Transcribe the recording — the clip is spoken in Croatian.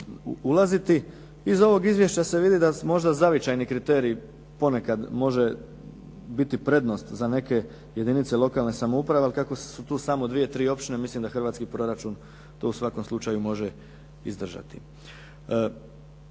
Iz ovog izvješća se vidi da možda zavičajni kriterij ponekad može biti prednost za neke jedinice lokalne samouprave. Ali kako su tu samo dvije, tri općine. Mislim da hrvatski proračun to u svakom slučaju može izdržati.